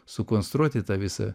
sukonstruoti tą visą